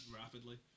rapidly